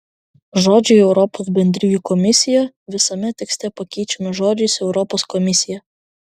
žodžiai europos bendrijų komisija visame tekste pakeičiami žodžiais europos komisija